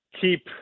keep